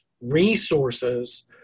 resources